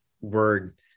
word